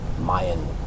Mayan